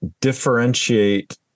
differentiate